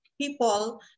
people